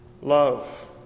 love